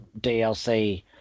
DLC